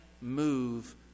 move